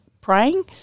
praying